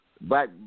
black